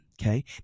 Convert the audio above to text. Okay